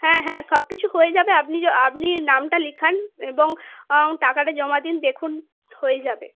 হ্যাঁ হ্যাঁ সব কিছু হয়ে যাবে আপনি আপনি নামটা লেখান এবং টাকাটা জমা দিন দেখুন হয়ে যাবে